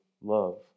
love